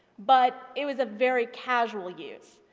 but it was a very causal use.